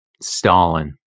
Stalin